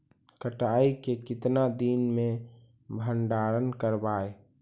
कटाई के कितना दिन मे भंडारन करबय?